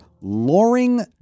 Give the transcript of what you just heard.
Loring